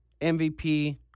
MVP